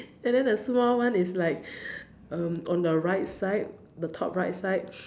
and then the small one is like um on the right side the top right side